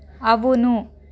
అవును